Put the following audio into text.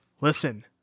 Listen